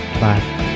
Bye